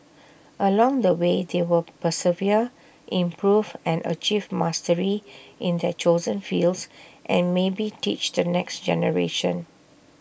along the way they will persevere improve and achieve mastery in their chosen fields and maybe teach the next generation